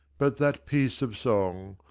but that piece of song,